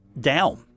down